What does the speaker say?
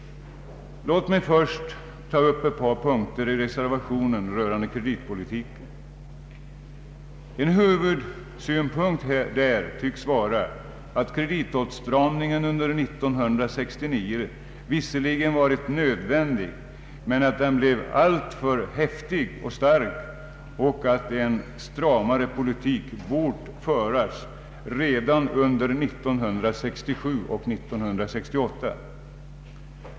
Låt mig först ta upp ett par punkter i reservationen rörande kreditpolitiken. En huvudsynpunkt där tycks vara att kreditåtstramningen under 1969 visserligen varit nödvändig men att den blev alltför häftig och stark och att en stramare politik bort föras redan under 1967 och 1968.